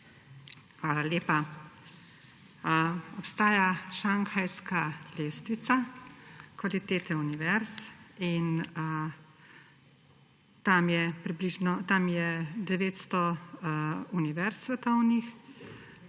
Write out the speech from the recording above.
Hvala lepa. Obstaja šanghajska lestvica kvalitete univerz in tam je 900 svetovnih